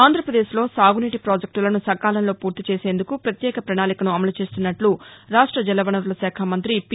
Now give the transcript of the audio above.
ఆంధ్రప్రదేశ్ లో సాగునీటి ప్రాజెక్టులను సకాలంలో పూర్తి చేసేందుకు ప్రత్యేక ప్రణాళికను అమలు చేస్తున్నట్లు రాష్ట జలవనరుల శాఖామంతి పి